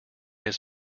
its